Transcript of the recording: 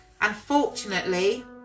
Unfortunately